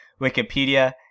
Wikipedia